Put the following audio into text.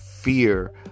fear